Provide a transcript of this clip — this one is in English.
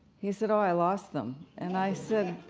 he said, oh, i lost them, and i said,